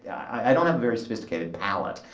i don't have a very sophisticated palette.